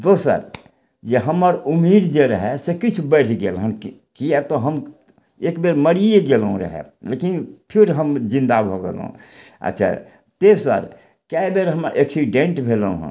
दोसर जे हमर उम्मीद जे रहय से किछु बढ़ि गेल हन किएक तऽ हम एक बेर मरिये गेलहुँ रहऽ लेकिन फिर हम जिन्दा भऽ गेलहुँ अच्छा तेसर कए बेर हम्मर एक्सिडेंट भेलहुँ हन